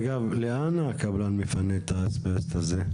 אגב, לאן הקבלן מפנה את האסבסט הזה?